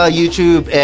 YouTube